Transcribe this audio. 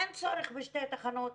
אין צורך בשתי תחנות,